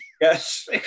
Yes